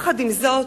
עם זאת,